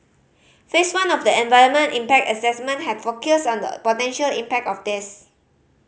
Phase One of the environmental impact assessment had focused on the potential impact of this